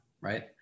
right